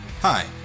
Hi